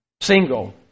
single